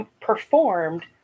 performed